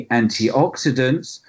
antioxidants